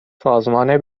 سازمان